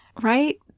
right